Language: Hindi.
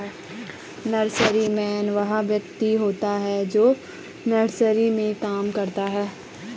नर्सरीमैन वह व्यक्ति होता है जो नर्सरी में काम करता है